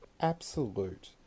Absolute